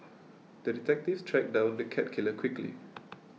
the detective tracked down the cat killer quickly